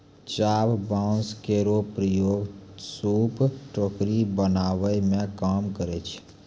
चाभ बांस केरो प्रयोग सूप, टोकरी बनावै मे काम करै छै